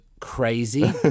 Crazy